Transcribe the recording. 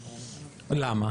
למה?